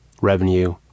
revenue